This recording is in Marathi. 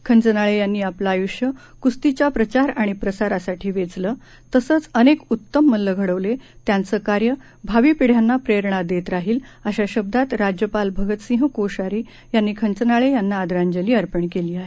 खंचनाळे यांनी आपलं आयुष्य कुस्तीच्या प्रचार आणि प्रसारासाठी वेचलं तसंच अनेक उत्तम मल्ल घडवले त्यांचं कार्य भावी पिढ्यांना प्रेरणा देत राहील अशा शब्दात राज्यपाल भगतसिंह कोश्यारी यांनी खंचनाळे यांना आदरांजली अर्पण केली आहे